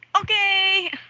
okay